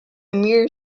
mere